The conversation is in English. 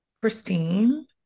Christine